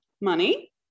money